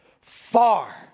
far